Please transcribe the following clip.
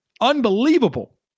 unbelievable